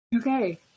Okay